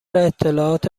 اطلاعات